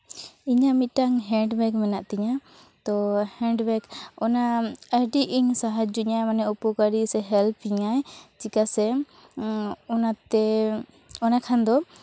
ᱤᱧᱟᱹᱜ ᱢᱤᱫᱴᱟᱱ hand bag ᱢᱮᱱᱟᱜ ᱛᱤᱧᱟᱹ ᱛᱳ ᱦᱮᱱᱰ ᱵᱮᱠ ᱚᱱᱟ ᱟᱹᱰᱤ ᱤᱧ ᱥᱟᱦᱟᱡᱡᱳᱧᱟᱭ ᱢᱟᱱᱮ ᱩᱯᱚᱠᱟᱨᱤᱧᱟᱭ ᱥᱮ ᱦᱮᱞᱯ ᱤᱧᱟᱹᱭ ᱪᱤᱠᱟᱹᱥᱮ ᱚᱱᱟᱛᱮ ᱚᱱᱟ ᱠᱷᱟᱱᱫᱚ